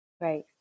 right